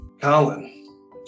Colin